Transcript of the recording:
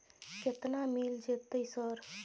केतना मिल जेतै सर?